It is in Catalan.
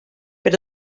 per